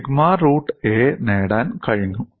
'sigma root A' നേടാൻ കഴിഞ്ഞു